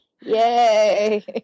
Yay